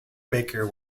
baker